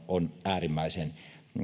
on äärimmäisen